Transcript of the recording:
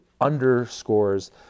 underscores